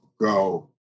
go